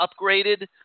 upgraded